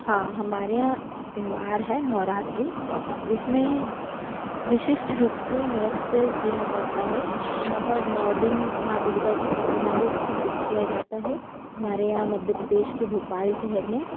हाँ हमारे यहाँ त्योहार है नवरात्रि जिसमें विशिष्ट रूप से नृत्य किया जाता है यहाँ पर नौ दिन माँ दुर्गा की प्रतिमा को स्थापित किया जाता है हमारे यहाँ मध्य प्रदेश के भोपाल शहर में